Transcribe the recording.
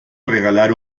regalar